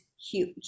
huge